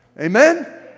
Amen